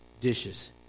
dishes